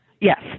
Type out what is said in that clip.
Yes